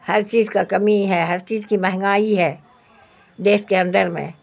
ہر چیز کا کمی ہے ہر چیز کی مہنگائی ہے دیس کے اندر میں